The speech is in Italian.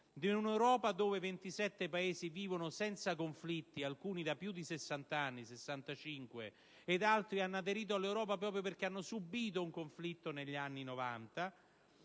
di un'Europa in cui 27 Paesi vivono senza conflitti (alcuni da più di 65 anni) ed a cui altri hanno aderito proprio perché hanno subito un conflitto negli anni